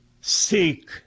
Seek